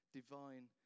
divine